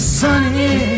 sunny